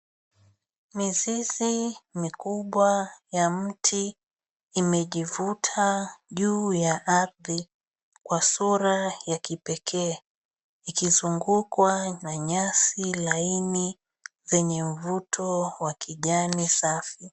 Mizizi mikubwa ya mti imejivuta juu ya ardhi kwa sura ya kipekee ikizungukwa na nyasi laini zenye mvuto wa kijani safi.